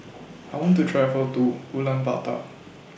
I want to travel to Ulaanbaatar